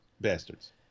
Bastards